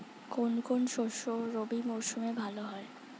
কোন কোন শস্য রবি মরশুমে ভালো হয়?